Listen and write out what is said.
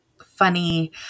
funny